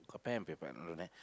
got pen and paper or not there